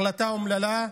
החלטה אומללה.